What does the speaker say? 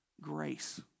grace